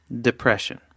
depression